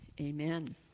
Amen